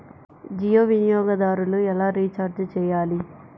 జియో వినియోగదారులు ఎలా రీఛార్జ్ చేయాలి?